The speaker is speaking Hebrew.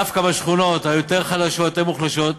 דווקא בשכונות היותר-חלשות, היותר-מוחלשות,